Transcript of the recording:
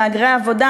מהגרי העבודה,